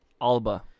Alba